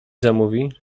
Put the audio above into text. zamówi